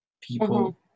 people